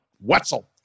Wetzel